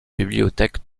bibliothèque